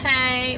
Hey